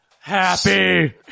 happy